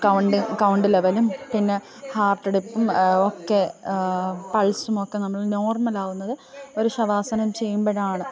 count count ലെവലും പിന്നെ ഹാര്ട്ടിടിപ്പും ഒക്കെ പള്സുമൊക്കെ നമ്മള് നോര്മല് ആവുന്നത് ഒരു ശവാസനം ചെയ്യുമ്പോഴാണ്